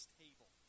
table